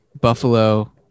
Buffalo